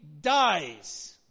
dies